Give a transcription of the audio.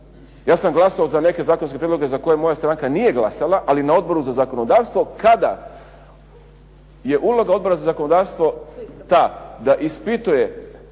Ja sam glasao za neke zakonske prijedloge za koje moja stranka nije glasala, ali na Odboru za zakonodavstvo kada je uloga Odbora za zakonodavstvo ta da ispituje